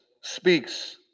speaks